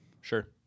Sure